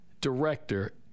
Director